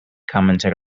commented